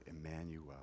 Emmanuel